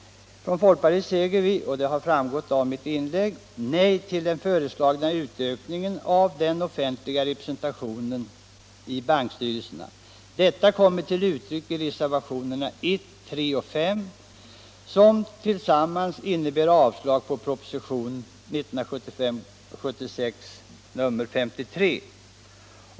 Folkpartiet säger, som framgått av mitt inlägg, nej till den föreslagna utökningen av den offentliga representationen i bankstyrelserna. Detta kommer till uttryck i reservationerna 1, 3 och 5 som tillsammans innebär avstyrkande av propositionen 1975/76:53.